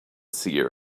seer